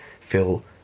feel